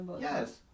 Yes